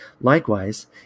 Likewise